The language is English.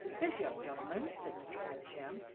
this young gentleman, said mr. havisham,